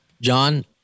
John